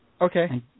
Okay